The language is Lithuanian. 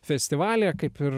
festivalyje kaip ir